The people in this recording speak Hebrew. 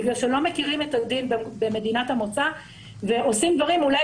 בגלל שהם לא מכירים את הדין במדינת המוצא ועושים דברים אולי